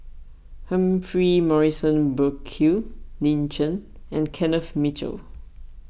Humphrey Morrison Burkill Lin Chen and Kenneth Mitchell